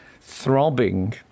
throbbing